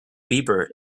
bieber